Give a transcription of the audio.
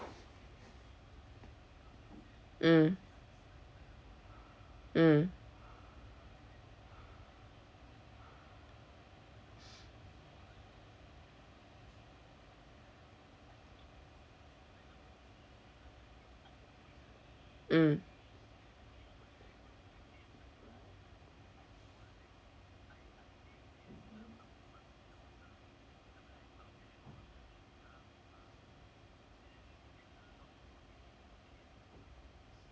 mm mm mm